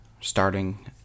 starting